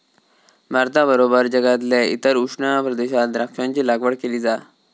भारताबरोबर जगातल्या इतर उष्ण प्रदेशात द्राक्षांची लागवड केली जा